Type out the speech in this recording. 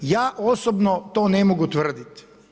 Ja osobno to ne mogu tvrditi.